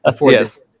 Yes